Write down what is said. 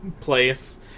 place